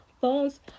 phones